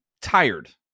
tired